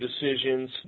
decisions